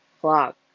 clock